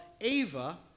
Ava